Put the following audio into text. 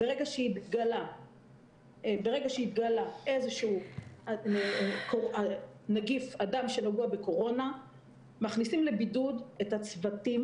ברגע שהתגלה איזשהו אדם שנגוע בקורונה מכניסים לבידוד את הצוותים